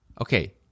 Okay